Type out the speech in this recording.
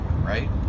Right